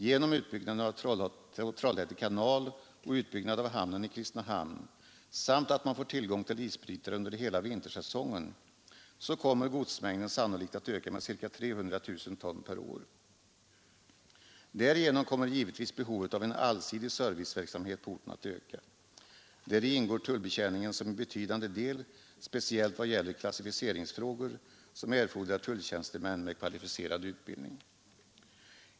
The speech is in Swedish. Genom utbyggnaden av Trollhätte kanal och utbyggnad av hamnen i Kristinehamn samt genom att man får tillgång till isbrytare under hela vintersäsongen kommer godsmängden sannolikt att öka med ca 300 000 ton per år. Därigenom kommer givetvis behovet av en allsidig serviceverksamhet på orten att öka, och i den verksamheten ingår tullbetjäningen som en betydande del, speciellt vad gäller klassificeringsfrågor som erfordrar tulltjänstemän med kvalificerad utbildning.